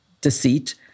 deceit